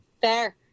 fair